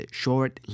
short